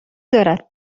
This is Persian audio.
دارد